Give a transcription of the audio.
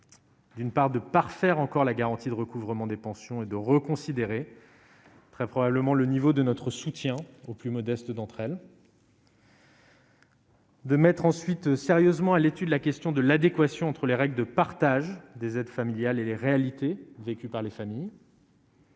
d'une part, de parfaire encore la garantie de recouvrement des pensions et de reconsidérer très probablement le niveau de notre soutien aux plus modestes d'entre elles. De mettre ensuite sérieusement à l'étude, la question de l'adéquation entre les règles de partage des aides familiales et les réalités vécues par les familles.